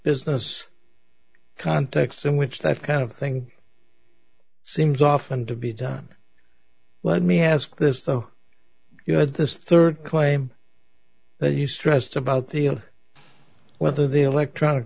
business context in which that kind of thing seems often to be done well me has this so you had this rd claim that you stressed about the weather the electronic